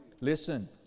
Listen